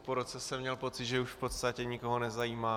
Po roce jsem měl pocit, že už v podstatě nikoho nezajímá.